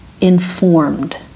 informed